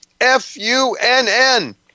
F-U-N-N